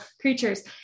creatures